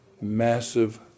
massive